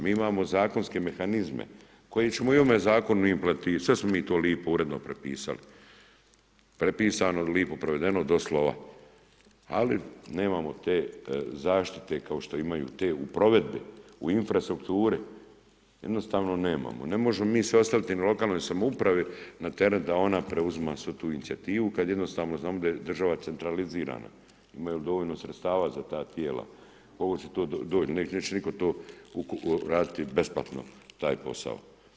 Mi imamo zakonske mehanizme koje ćemo i u ovome zakonu implementirat, sve smo mi to lijepo uredno prepisali, prepisano, lijepo provedeno do slova, ali nemamo te zaštite kao što imaju te u provedbi, u infrastrukturi, jednostavno nemamo, ne možemo mi sastaviti na lokalnoj samoupravi na teret da ona preuzima svu tu inicijativu kad jednostavno znamo da je država centralizirana, imaju li dovoljno sredstava za ta tijela, ... neće nitko to raditi besplatno taj posao.